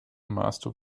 master